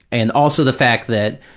and also the fact that,